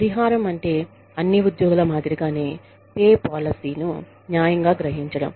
పరిహారం అంటే అన్ని ఉద్యోగుల మాదిరిగానే పే పాలసీలను న్యాయంగా గ్రహించడం